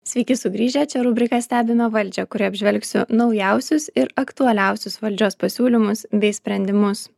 sveiki sugrįžę čia rubrika stebime valdžią kurioj apžvelgsiu naujausius ir aktualiausius valdžios pasiūlymus bei sprendimus